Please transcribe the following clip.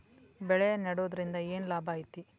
ಬೆಳೆ ನೆಡುದ್ರಿಂದ ಏನ್ ಲಾಭ ಐತಿ?